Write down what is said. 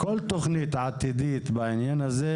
תכנית עתידית בעניין הזה,